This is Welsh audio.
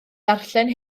darllen